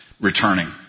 returning